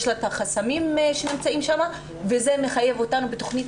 יש את החסמים שנמצאים שם וזה מחייב אותנו בתכנית